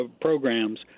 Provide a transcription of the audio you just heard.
programs